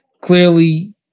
clearly